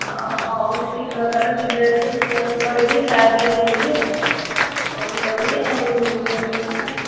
ହଁ ହଉ ଶୀଘ୍ର ତାହେଲେ ଯିବେ ହେରି ରୋଷେଇବାସ କରିକି ଖାଇବା ପିଇବାକୁ ଦେବି ସବୁ କରିବି ଆଉ ବୁଢ଼ା ବୁଢ଼ୀର ଆଉ